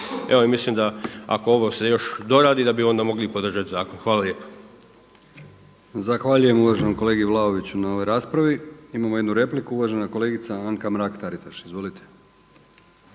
Evo i mislim da ako se ovo još doradi da bi onda mogli i podržati zakon. Hvala lijepo.